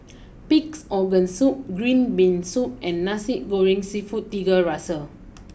Pig's Organ Soup Green Bean Soup and Nasi Goreng Seafood Tiga Rasa